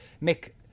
make